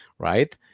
Right